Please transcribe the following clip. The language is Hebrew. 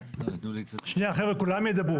שנייה חבר'ה, כולם ידברו.